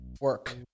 work